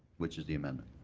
which is the amendment.